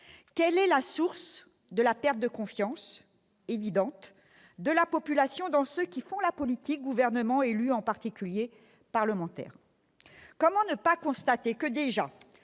Quelle est la source de la perte de confiance évidente de la population dans ceux qui font la politique, membres du Gouvernement et élus, en particulier parlementaires ? Comment ne pas constater que le